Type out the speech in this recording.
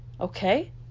Okay